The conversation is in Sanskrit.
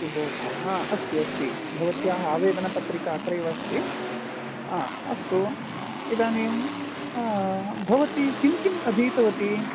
सुबोधा हा अस्ति अस्ति भवत्याः अवेदनपत्रिका अत्रैव अस्ति अस्तु इदानीं भवती किं किम् अधीतवती